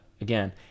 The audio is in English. again